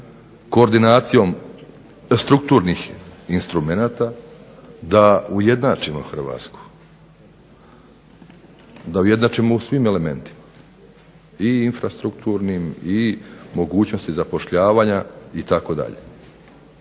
koordinacijom strukturnih instrumenata da ujednačimo HRvatsku, da ujednačimo u svim elementima, i infrastrukturnim i mogućnosti zapošljavanja itd.?